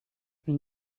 une